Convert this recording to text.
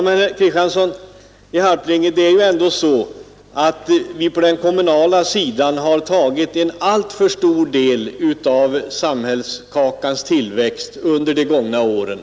Vi har ju ändå, herr Kristiansson i Harplinge, på den kommunala sidan tagit i anspråk en alltför stor del av samhällskakans tillväxt under de gångna åren.